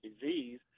disease